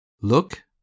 Look